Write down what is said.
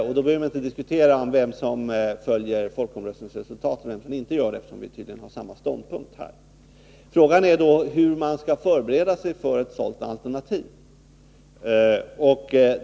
Vi behöver inte diskutera vem som följer folkomröstningsresultatet och vem som inte gör det, eftersom vi här tydligen intar samma ståndpunkt. Frågan är då hur man skall förbereda sig för ett sådant alternativ.